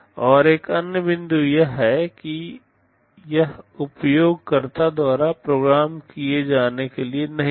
और एक अन्य बिंदु यह है कि यह उपयोगकर्ता द्वारा प्रोग्राम किए जाने के लिए नहीं है